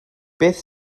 beth